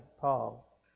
Paul